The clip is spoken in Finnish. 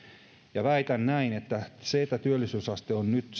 ja väitän näin että se että työllisyysaste on nyt